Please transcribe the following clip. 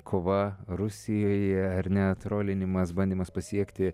kova rusijoje ar ne trolinimas bandymas pasiekti